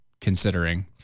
considering